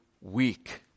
weak